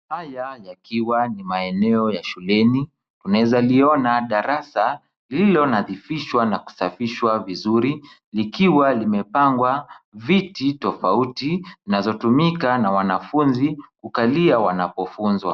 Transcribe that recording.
Haya yakiwa ni maeneo ya shuleni. Unaweza liona darasa lililonadhifishwa na kusafishwa vizuri, likiwa limepangwa viti tofauti, zinazotumika na wanafunzi kukalia wanapofunzwa.